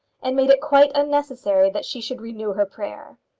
and made it quite unnecessary that she should renew her prayer.